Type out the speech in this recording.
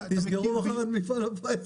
שיסגרו מחר את מפעל הפיס,